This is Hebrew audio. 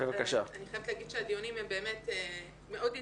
אני חייבת להגיד שהדיונים הם באמת מאוד מכובדים,